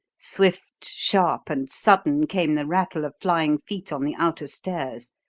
swift, sharp, and sudden came the rattle of flying feet on the outer stairs.